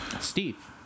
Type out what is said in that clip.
Steve